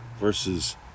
Versus